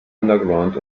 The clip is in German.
underground